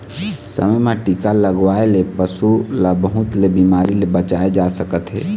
समे म टीका लगवाए ले पशु ल बहुत ले बिमारी ले बचाए जा सकत हे